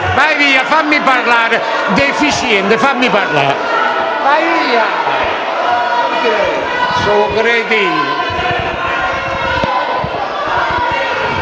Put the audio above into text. Vai via! Fammi parlare, deficiente! Fammi parlare!